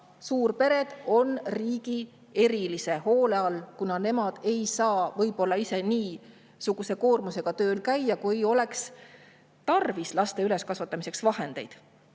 suurpered on riigi erilise hoole all, kuna nemad ei saa ise võib-olla niisuguse koormusega tööl käia, kui oleks tarvis, et laste üleskasvatamiseks vahendeid